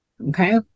Okay